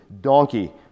donkey